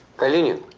kalinin,